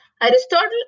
Aristotle